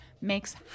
makes